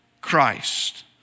Christ